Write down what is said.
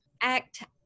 act